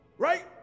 Right